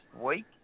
week